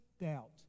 doubt